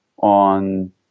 on